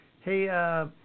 Hey